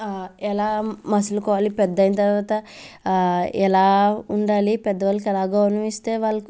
ఎలా మసులుకోవాలి పెద్ద అయిన తర్వాత ఎలా ఉండాలి పెద్దవాళ్ళకి ఎలా గౌరవం ఇస్తే వాళ్ళు